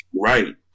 right